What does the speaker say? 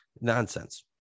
nonsense